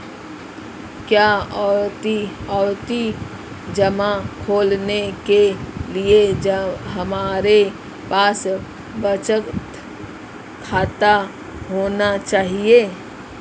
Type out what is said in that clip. क्या आवर्ती जमा खोलने के लिए हमारे पास बचत खाता होना चाहिए?